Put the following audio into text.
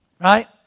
Right